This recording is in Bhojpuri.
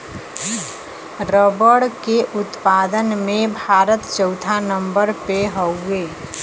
रबड़ के उत्पादन में भारत चउथा नंबर पे हउवे